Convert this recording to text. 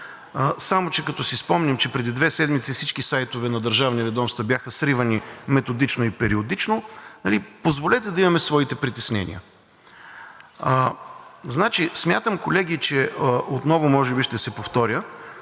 Само че, като си спомням, че преди седмици всички сайтове на държавни ведомства бяха сривани методично и периодично – позволете да имаме своите притеснения. Смятам, колеги, че, отново може би ще се повторя,